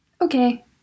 okay